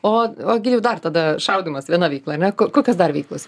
o dar tada šaudymas viena veikla a ne kokios dar veiklos